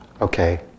okay